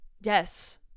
Yes